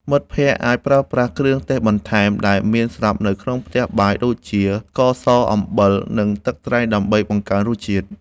មិត្តភក្តិអាចប្រើប្រាស់គ្រឿងទេសបន្ថែមដែលមានស្រាប់នៅក្នុងផ្ទះបាយដូចជា ស្ករស អំបិល និងទឹកត្រី ដើម្បីបង្កើនរសជាតិ។